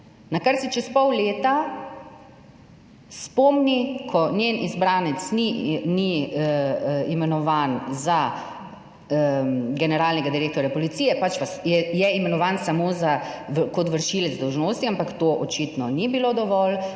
Na kar se čez pol leta spomni, ko njen izbranec ni imenovan za generalnega direktorja policije, pač pa je imenovan samo kot vršilec dolžnosti, ampak to očitno ni bilo dovolj.